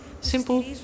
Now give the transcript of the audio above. simple